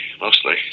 mostly